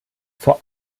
vor